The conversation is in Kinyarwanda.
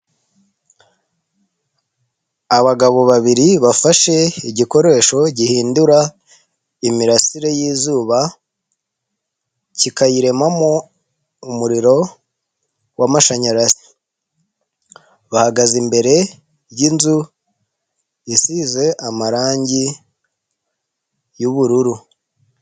Abagabo babiri bafashe igikoresho gihindura imirasire y'izuba, kikayiremamo umuriro wamashanyarazi. Bahagaze imbere y'inzu isize amarangi y'ubururu.